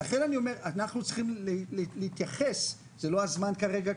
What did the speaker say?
לכן אני אומר שאנחנו צריכים להתייחס זה לא הזמן כרגע,